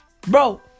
Bro